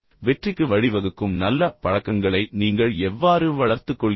வெற்றிக்கு வழிவகுக்கும் நல்ல பழக்கங்களை நீங்கள் எவ்வாறு வளர்த்துக் கொள்கிறீர்கள்